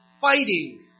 fighting